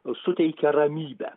suteikia ramybę